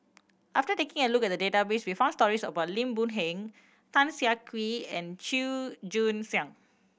after taking a look at the database we found stories about Lim Boon Heng Tan Siah Kwee and Chua Joon Siang